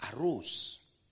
arose